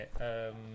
okay